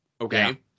Okay